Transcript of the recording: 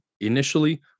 initially